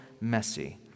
messy